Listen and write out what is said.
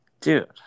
dude